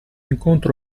incontro